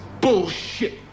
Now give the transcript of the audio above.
bullshit